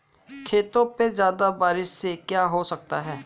खेतों पे ज्यादा बारिश से क्या हो सकता है?